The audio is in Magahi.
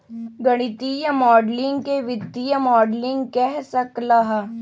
गणितीय माडलिंग के वित्तीय मॉडलिंग कह सक ल ह